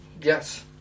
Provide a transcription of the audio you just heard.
yes